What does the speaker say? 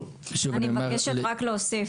שוב אני אומר --- אני מבקשת רק להוסיף,